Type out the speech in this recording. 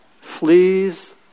fleas